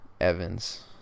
Evans